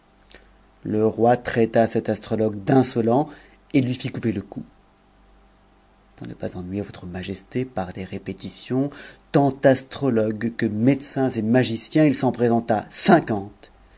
le roi traita cet astrologue d'insolent et lui fit couper le cou pour pas ennuyer votre majesté par des répétitions tant astrologues que n decins et magiciens il s'en présenta